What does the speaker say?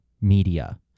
media